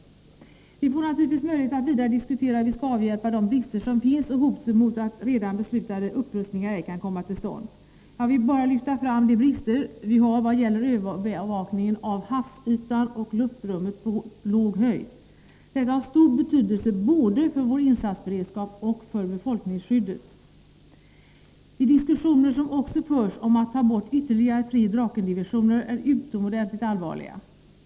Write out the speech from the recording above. Vi får naturligtvis möjlighet att vidare diskutera hur vi skall avhjälpa de brister som finns och hotet mot att redan beslutad upprustning ej kommer till stånd. Jag vill bara framhäva de brister vi har vad gäller övervakning av havsytan och luftrummet på låg höjd. Denna övervakning har stor betydelse både för vår insatsberedskap och för befolkningsskyddet. De diskussioner som också förs om att ta bort ytterligare tre Draken divisioner är utomordentligt allvarliga.